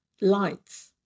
lights